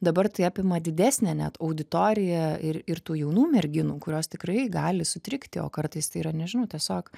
dabar tai apima didesnę net auditoriją ir ir tų jaunų merginų kurios tikrai gali sutrikti o kartais tai yra nežinau tiesiog